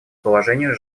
положению